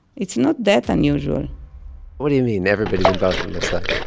it's not that unusual what do you mean, everybody's involved in mossad?